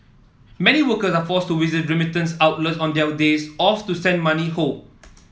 many workers are forced to visit remittance outlets on their days off to send money home